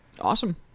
Awesome